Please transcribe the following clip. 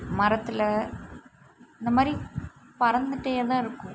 மரத்தில் இந்தமாதிரி பறந்துகிட்டே தான் இருக்கும்